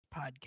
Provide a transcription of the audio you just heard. podcast